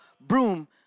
broom